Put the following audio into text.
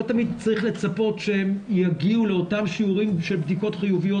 לא תמיד צריך לצפות שהם יגיעו לאותם שיעורים של בדיקות חיוביות